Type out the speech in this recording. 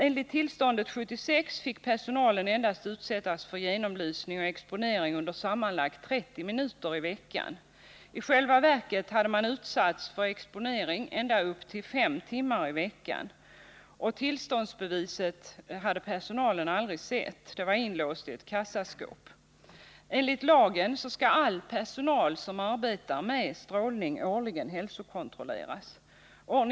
Enligt tillståndet 1976 fick personalen endast utsättas för genomlysning och exponering under sammanlagt 30 minuter per vecka. I själva verket hade man utsatts för exponering ända upp till 5 timmar i veckan. Tillståndsbeviset hade personalen aldrig sett. Det var inlåst i ett kassaskåp. Enligt lagen skall all personal som arbetar med strålning hälsokontrolleras årligen.